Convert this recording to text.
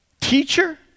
Teacher